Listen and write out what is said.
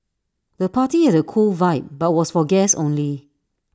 the party had A cool vibe but was for guests only